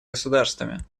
государствами